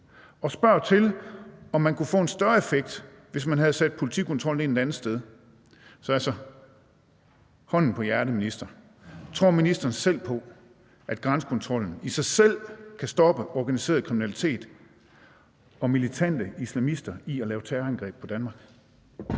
han spørger til, om man kunne få en større effekt, hvis man havde sat politikontrollen ind et andet sted. Så, hånden på hjertet, minister, tror ministeren selv på, at grænsekontrollen i sig selv kan stoppe organiseret kriminalitet og militante islamister i at lave terrorangreb på Danmark?